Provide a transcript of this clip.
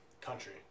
Country